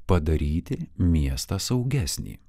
padaryti miestą saugesnį